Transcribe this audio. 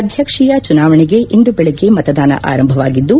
ಅಧ್ಯಕ್ಷೀಯ ಚುನಾವಣೆಗೆ ಇಂದು ಬೆಳಗ್ಗೆ ಮತದಾನ ಆರಂಭವಾಗಿದ್ದು